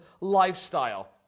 lifestyle